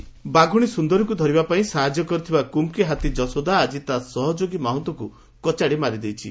ହାତୀ ଆକ୍ରମଣ ବାଘ୍ରଣୀ ସ୍ୱନ୍ଦରୀକ ଧରିବା ପାଇଁ ସାହାଯ୍ୟ କରିଥିବା କୃମ୍କୀ ହାତୀ ଯଶୋଦା ଆଜି ତା' ସହଯୋଗୀ ମାହୁନ୍ତକୁ କଚାଡ଼ି ମାରିଛି